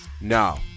No